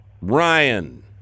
Ryan